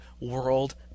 World